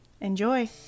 Enjoy